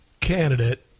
candidate